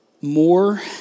more